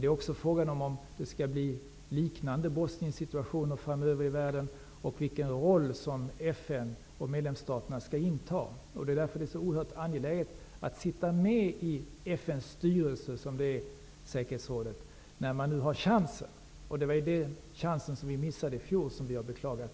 Det är också fråga om huruvida det skall bli fler liknande Bosniensituationer i världen framöver och vilken roll som FN och dess medlemsstater skall inta. Det är därför oerhört angeläget att Sverige får sitta med i FN:s styrelse, dvs. säkerhetsrådet, när chansen finns. Vi har beklagat att Sverige missade den chansen i fjol.